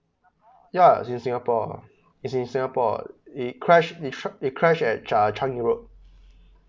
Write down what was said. ya he's in singapore he is in singapore he crash he tra~ he crash at uh changi road